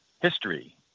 history